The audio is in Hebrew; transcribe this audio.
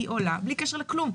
היא עולה בלי קשר לכלום,